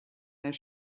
their